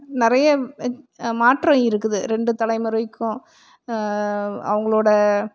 நிறைய மாற்றம் இருக்குது ரெண்டு தலைமுறைக்கும் அவங்களோட